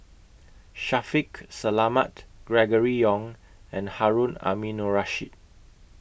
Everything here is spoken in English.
Shaffiq Selamat Gregory Yong and Harun Aminurrashid